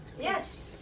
Yes